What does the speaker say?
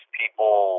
people